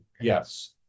Yes